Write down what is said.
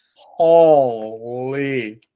holy